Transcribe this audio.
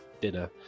dinner